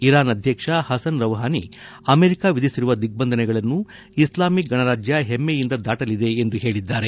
Iran ಅಧ್ಯಕ್ಷ Hassan Rouhani America ವಿಧಿಸಿರುವ ದಿಗ್ಬಂಧನಗಳನ್ನು ಇಸ್ಲಾಮಿಕ್ ಗಣರಾಜ್ಯ ಹೆಮ್ಲೆಯಿಂದ ದಾಟಲಿದೆ ಎಂದು ಹೇಳಿದ್ದಾರೆ